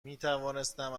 میتوانستم